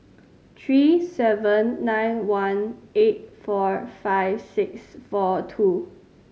three seven nine one eight four five six four two